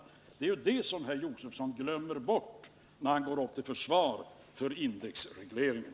Det är ju det som herr Josefson glömmer bort när han går upp till försvar för indexregleringen.